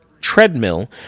treadmill